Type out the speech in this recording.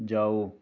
ਜਾਓ